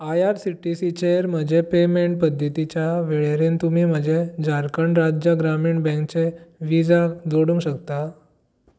I R C T C चेर म्हज्या payment पद्दतिच्या वळेरेंत तुमी म्हजें झारखंड राज्य ग्रामीण बँकचें व्हिजा जोडूंक शकता